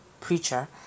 preacher